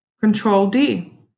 Control-D